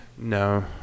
No